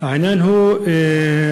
העניין הוא מניעה.